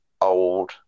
old